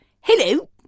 Hello